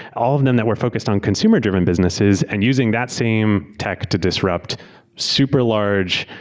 all of them that were focused on consumer-driven businesses and using that same tech to disrupt super-large,